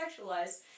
sexualized